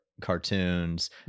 cartoons